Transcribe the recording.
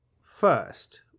first